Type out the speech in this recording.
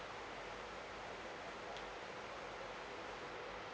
mm